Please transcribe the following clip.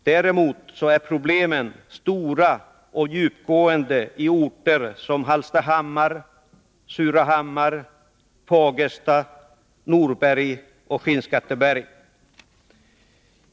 Däremot är problemen stora och djupgående i orter som Hallstahammar, Surahammar, Fagersta, Norberg och Skinnskatteberg.